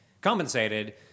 compensated